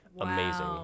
Amazing